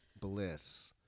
Bliss